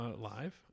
live